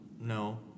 no